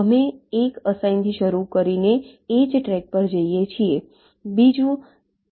અમે એક અસાઇનથી શરૂ કરીને એ જ ટ્રેક પર જઈએ છીએ